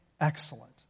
excellent